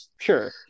sure